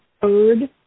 third